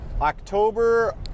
October